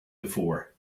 before